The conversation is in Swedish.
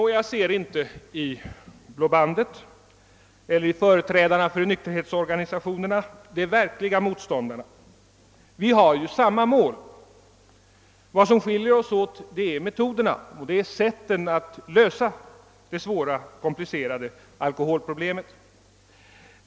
Nå, jag ser inte i Blå Bandet eller i företrädarna för nykterhetsorganisationerna de verkliga motståndarna. Vi har ju samma mål. Vad som skiljer oss åt är metoderna för att lösa det svåra, komplicerade <alkoholproblemet.